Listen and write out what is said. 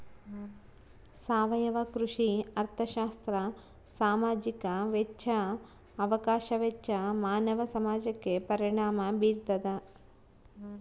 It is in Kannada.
ಸಾವಯವ ಕೃಷಿ ಅರ್ಥಶಾಸ್ತ್ರ ಸಾಮಾಜಿಕ ವೆಚ್ಚ ಅವಕಾಶ ವೆಚ್ಚ ಮಾನವ ಸಮಾಜಕ್ಕೆ ಪರಿಣಾಮ ಬೀರ್ತಾದ